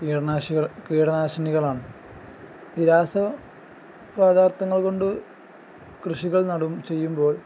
കീടനാശിനികൾ കീടനാശിനികളാണ് ഈ രാസ പദാർത്ഥങ്ങൾ കൊണ്ട് കൃഷികൾ നടുകയും ചെയ്യുമ്പോൾ